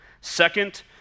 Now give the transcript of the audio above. Second